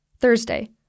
Thursday